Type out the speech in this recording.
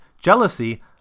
jealousy